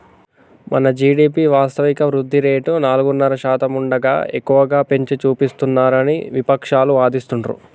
మన జీ.డి.పి వాస్తవిక వృద్ధి రేటు నాలుగున్నర శాతం ఉండగా ఎక్కువగా పెంచి చూపిస్తున్నారని విపక్షాలు వాదిస్తుండ్రు